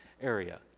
area